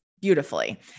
beautifully